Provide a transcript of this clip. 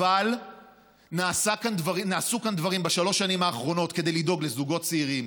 אבל נעשו כאן דברים בשלוש השנים האחרונות כדי לדאוג לזוגות צעירים,